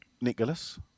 Nicholas